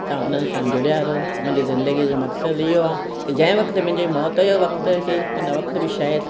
तव्हां उन्हनि सां जुड़िया रहो मुंहिंजी जिंदगीअ जो मक़सदु इहो आहे की जंहिं वक़्ति मुंहिंजी मौत जो वक़्ति अचे हुन वक़्ति बि शायदि मां गुरू